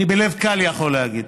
אני בלב קל יכול להגיד